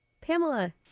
Pamela